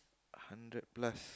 hundred plus